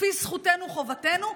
כפי זכותנו-חובתנו?